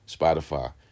Spotify